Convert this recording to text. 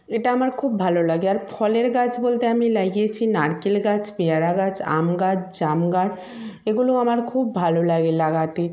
এটা আমার খুব ভালো লাগে আর ফলের গাছ বলতে আমি লাগিয়েছি নারকেল গাছ পেয়ারা গাছ আম গাছ জাম গাছ এগুলি আমার খুব ভালো লাগে লাগাতে